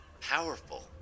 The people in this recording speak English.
powerful